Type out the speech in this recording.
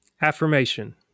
Affirmation